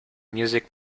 music